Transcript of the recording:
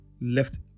left